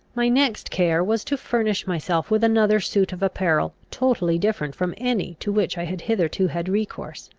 my next care was to furnish myself with another suit of apparel, totally different from any to which i had hitherto had recourse.